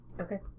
Okay